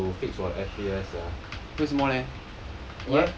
think I need to fix for F_P_S sia